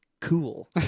cool